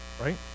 Right